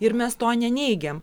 ir mes to neneigiam